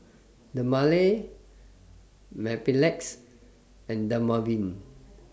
Dermale Mepilex and Dermaveen